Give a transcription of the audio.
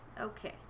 Okay